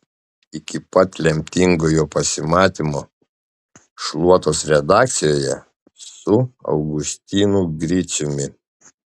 iki pat lemtingojo pasimatymo šluotos redakcijoje su augustinu griciumi